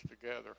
together